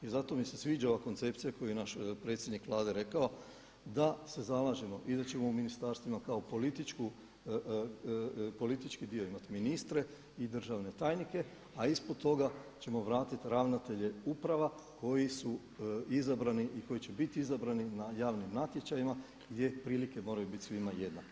I zato mi se sviđa ova koncepcija koju je naš predsjednik Vlade rekao da se zalažemo i da ćemo u ministarstvima kao politički dio imati ministre i državne tajnike, a ispod toga ćemo vratiti ravnatelje uprava koji su izabrani i koji će biti izabrani na javnim natječajima gdje prilike moraju biti svima jednake.